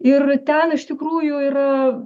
ir ten iš tikrųjų yra